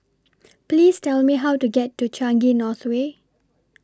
Please Tell Me How to get to Changi North Way